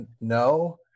no